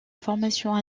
formation